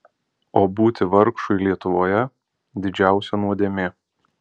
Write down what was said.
o būti vargšui lietuvoje didžiausia nuodėmė